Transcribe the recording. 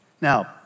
Now